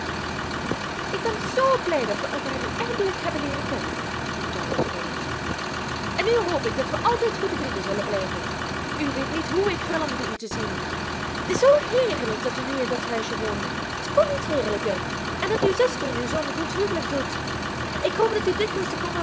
ik ben zoo blij dat we elkaar nu eindelijk hebben leeren kennen ging charlotte voort en nu hoop ik dat we altijd goede vrienden zullen blijven u weet niet hoe ik verlangde u te zien t is zoo heerlijk dat u nu in dat huisje woont t kon niet heerlijker en dat uw zuster nu zoo'n goed huwelijk doet ik hoop dat u dikwijls